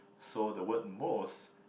so the word most